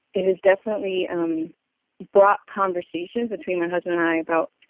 it has definitely um brought conversations between my husband and i about,